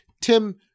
Tim